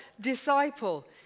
disciple